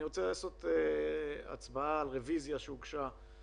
אני רוצה התייחסות שלך למה שהיה באסטרטגיית הכניסה,